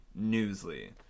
Newsly